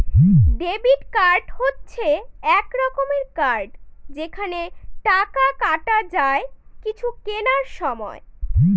debit card হচ্ছে এক রকমের কার্ড যেখানে টাকা কাটা যায় কিছু কেনার সময়